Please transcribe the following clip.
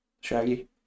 Shaggy